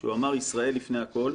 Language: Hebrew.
כשהוא אמר: ישראל לפני הכול.